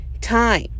time